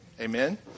Amen